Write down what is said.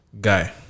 Guy